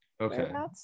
okay